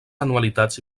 anualitats